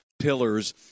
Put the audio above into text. pillars